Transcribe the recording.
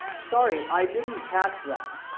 sorry, i didn't catch that.